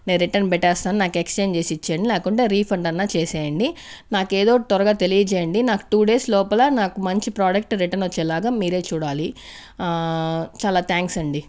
నేను రిటర్న్ పెట్టేస్తాను నాకు ఎక్స్చేంజ్ చేసి ఇచ్చేయండి లేకుంటే రిఫండ్ అన్నా చేసేయండి నాకు ఏదో త్వరగా తెలియజేయండి నాకు టూ డేస్ లోపల నాకు మంచి ప్రాడక్ట్ రిటర్న్ వచ్చేలాగా మీరే చూడాలి ఆ చాలా థ్యాంక్స్ అండి